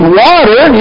water